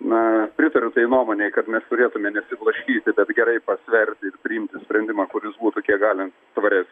na pritariu nuomonei kad mes turėtume nesiblaškyti bet gerai pasverti ir priimti sprendimą kuris būtų kiek gali svares